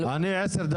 אני לא יודע מתי, את זה